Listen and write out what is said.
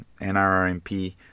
NRRMP